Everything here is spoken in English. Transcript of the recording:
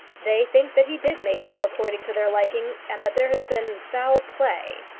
they think that he did make a will according to their liking, and that there has been foul play.